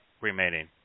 remaining